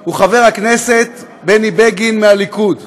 הוא חבר הכנסת בני בגין מהליכוד.